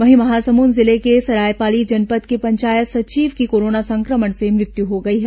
वहीं महासमुंद जिले के सरायपाली जनपद के पंचायत सचिव की कोरोना संक्रमण से मृत्यु हो गई है